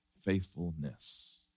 faithfulness